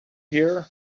here